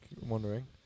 wondering